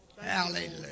Hallelujah